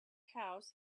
house